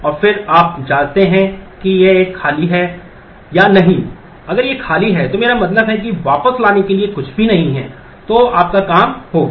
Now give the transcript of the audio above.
और फिर आप जांचते हैं कि यह खाली है या नहीं अगर यह खाली है तो मेरा मतलब है कि वापस लाने के लिए कुछ भी नहीं है तो आपका काम हो गया